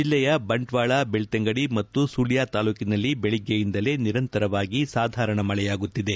ಜಿಲ್ಲೆಯ ಬಂಟ್ವಾಳ ಬೆಳ್ತಂಗಡಿ ಮತ್ತು ಸುಳ್ಳ ತಾಲೂಕಿನಲ್ಲಿ ಬೆಳಿಗ್ಗೆಯಿಂದಲೇ ನಿರಂತರವಾಗಿ ಸಾಧಾರಣ ಮಳೆಯಾಗುತ್ತಿದೆ